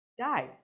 die